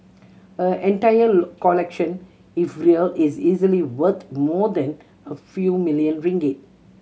her entire collection if real is easily worth more than a few million ringgit